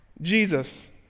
Jesus